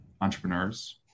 entrepreneurs